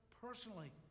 personally